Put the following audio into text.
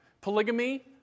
Polygamy